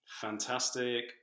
Fantastic